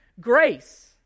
grace